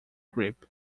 grip